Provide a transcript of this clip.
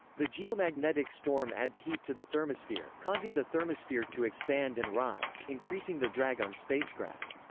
the geomagnetic storm adds heat to the thermosphere, causing the thermosphere to expand and rise, increasing the drag on spacecraft.